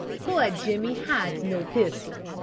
poor jimmy had no pistol.